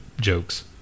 jokes